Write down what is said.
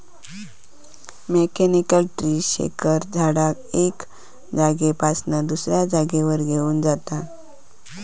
mechanical tree shaker झाडाक एका जागेपासना दुसऱ्या जागेवर घेऊन जातत